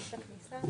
הצבעה אושר אני נגד.